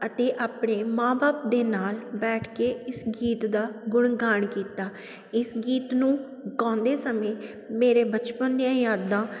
ਅਤੇ ਆਪਣੇ ਮਾਂ ਬਾਪ ਦੇ ਨਾਲ ਬੈਠ ਕੇ ਇਸ ਗੀਤਾ ਦਾ ਗੁਣਗਾਨ ਕੀਤਾ ਇਸ ਗੀਤ ਨੂੰ ਗਾਉਂਦੇ ਸਮੇਂ ਮੇਰੇ ਬਚਪਨ ਦੀਆਂ ਯਾਦਾਂ